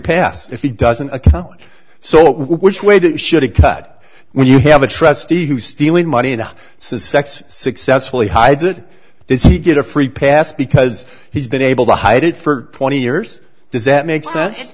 pass if he doesn't so which way they should cut when you have a trustee who's stealing money into sex successfully hides it does he get a free pass because he's been able to hide it for twenty years does that make